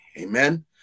Amen